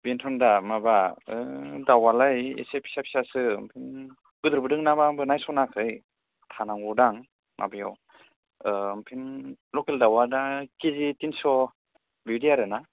बेनथन दा माबा दाउआलाय एसे फिसा फिसासो ओमफ्राय गोदोरबो दं नामा आंबो नायसनाखै थानांगौ दां माबायाव ओमफाय लकेल दाउआ दा केजि तिनस' बिदि आरो ना